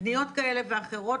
פניות כאלה ואחרות,